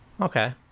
Okay